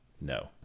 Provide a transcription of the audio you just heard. no